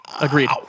Agreed